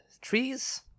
trees